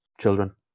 children